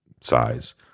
size